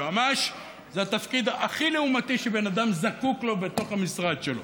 יועמ"ש זה התפקיד הכי לעומתי שבן אדם זקוק לו בתוך המשרד שלו.